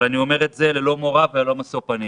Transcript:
אבל אני אומר את זה ללא מורא וללא משוא פנים.